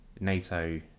nato